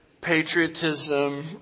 patriotism